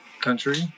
country